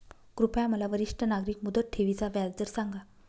कृपया मला वरिष्ठ नागरिक मुदत ठेवी चा व्याजदर सांगा